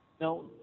No